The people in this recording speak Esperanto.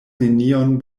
nenion